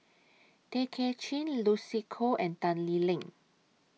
Tay Kay Chin Lucy Koh and Tan Lee Leng